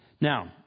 Now